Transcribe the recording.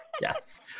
Yes